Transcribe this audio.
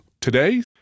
today